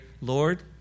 Lord